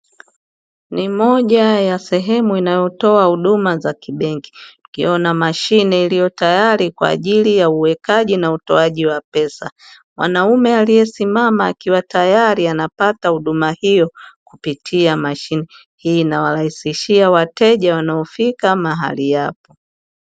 Ni moja ya sehemu inayotoa huduma za kibenki ikiwa na mashine iliyo tayari kwa ajili ya uwekaji na utoaji wa pesa. Mwanaume aliyesimama akiwa tayari anapata huduma hiyo kuiptia mashine, hii inawarahisishia wateja wanaofika mahali hapo.